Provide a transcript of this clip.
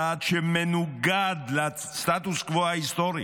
צעד שמנוגד לסטטוס קוו ההיסטורי